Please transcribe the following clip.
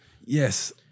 Yes